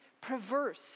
perverse